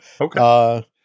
Okay